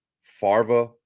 Farva